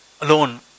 alone